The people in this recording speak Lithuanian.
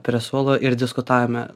prie suolo ir diskutavome